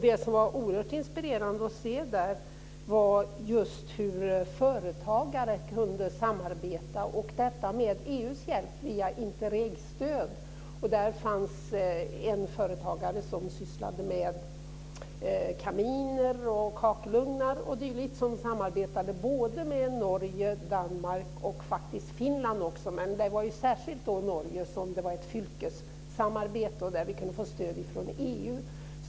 Det som var inspirerande att se var hur företagare kunde samarbeta - och detta med EU:s hjälp via Interregstöd. Där fanns en företagare som sysslade med kaminer, kakelugnar o.d. som samarbetade med Norge, Danmark och Finland. Det var särskilt med Norge som det var ett fylkessamarbete, och där gick det att få stöd från EU.